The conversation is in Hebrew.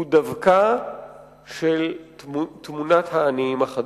הוא דווקא של תמונת העניים החדשים.